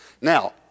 Now